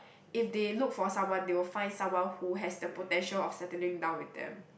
if they look for someone they will find someone who has the potential of settling down with them